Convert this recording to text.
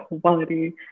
quality